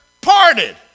parted